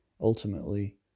ultimately